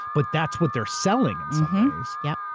but that's what they're selling in some ways, yeah